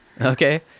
Okay